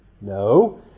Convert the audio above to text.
No